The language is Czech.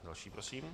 Další prosím.